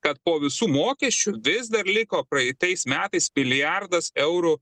kad po visų mokesčių vis dar liko praeitais metais milijardas eurų